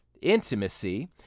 intimacy